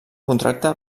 contracte